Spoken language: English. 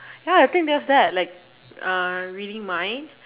ya I think that's bad like uh reading minds